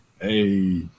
Hey